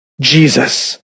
Jesus